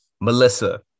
Melissa